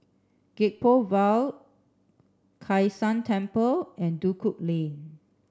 Gek Poh Ville Kai San Temple and Duku Lane